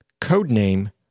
Codename